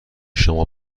شما